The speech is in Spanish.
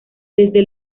desde